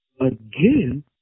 again